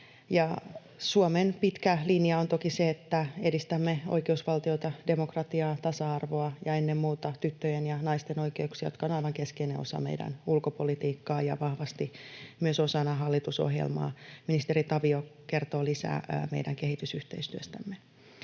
Suomen pitkä linja on toki se, että edistämme oikeusvaltiota, demokratiaa, tasa-arvoa ja ennen muuta tyttöjen ja naisten oikeuksia, jotka ovat aivan keskeinen osa meidän ulkopolitiikkaa ja vahvasti myös osana hallitusohjelmaa. Ministeri Tavio kertoo lisää meidän kehitysyhteistyöstämme.